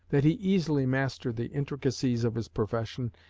that he easily mastered the intricacies of his profession,